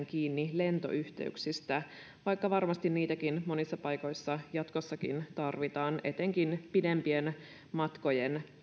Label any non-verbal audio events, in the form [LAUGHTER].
[UNINTELLIGIBLE] kiinni pelkästään lentoyhteyksistä vaikka varmasti niitäkin monissa paikoissa jatkossakin tarvitaan etenkin pidempien matkojen